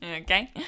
Okay